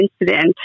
incident